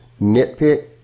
nitpick